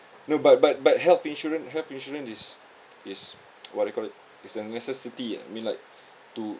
no but but but health insurance health insurance is is what you call it is a necessity I mean like to